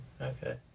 Okay